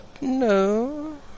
No